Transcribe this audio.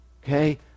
Okay